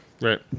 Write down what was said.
Right